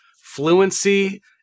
fluency